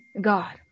God